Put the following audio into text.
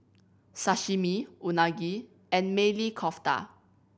Sashimi Unagi and Maili Kofta